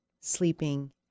sleeping